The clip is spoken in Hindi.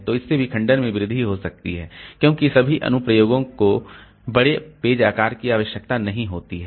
तो इससे विखंडन में वृद्धि हो सकती है क्योंकि सभी अनुप्रयोग को बड़े पेज आकार की आवश्यकता नहीं होती है